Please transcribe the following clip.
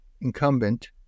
Incumbent